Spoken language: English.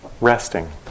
Resting